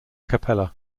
cappella